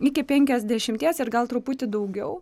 iki penkiasdešimties ir gal truputį daugiau